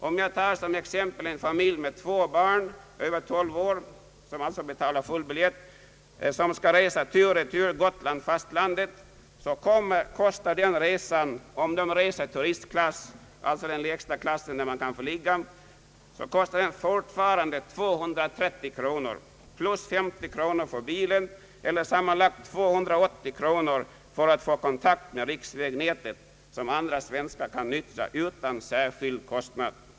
Om t.ex. en familj med två barn över 12 år, vilka alltså skall betala full biljett skall resa tur och retur Gotland—fastlandet, så kostar den resan i turistklass — den lägsta klassen där man kan få ligga — fortfarande 230 kronor plus 50 kronor för bilen eller sammanlagt 280 kronor för att man skall få kontakt med riksvägnätet, som andra svenskar kan nyttja utan någon särskild kostnad.